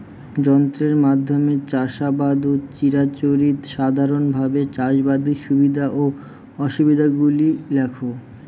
যন্ত্রের মাধ্যমে চাষাবাদ ও চিরাচরিত সাধারণভাবে চাষাবাদের সুবিধা ও অসুবিধা গুলি লেখ?